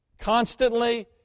constantly